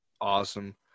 awesome